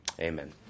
Amen